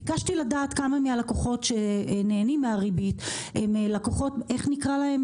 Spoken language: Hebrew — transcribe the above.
ביקשתי לדעת כמה מהלקוחות שנהנים מהריבית הם לקוחות איך נקרא להם?